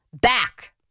back